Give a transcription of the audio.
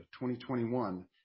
2021